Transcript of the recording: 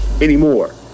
anymore